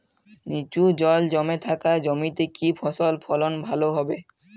নিচু জল জমে থাকা জমিতে কি ফসল ফলন ভালো হবে?